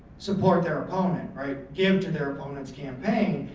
support their opponent, right, give to their opponents campaign.